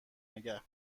نگه